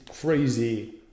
crazy